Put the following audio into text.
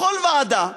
בכל ועדה,